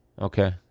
Okay